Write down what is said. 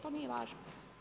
To nije važno.